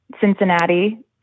Cincinnati